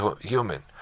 human